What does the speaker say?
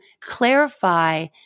clarify